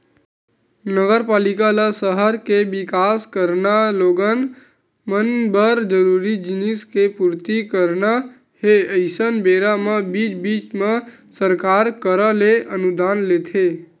नगरपालिका ल सहर के बिकास कराना लोगन मन बर जरूरी जिनिस के पूरति कराना हे अइसन बेरा म बीच बीच म सरकार करा ले अनुदान लेथे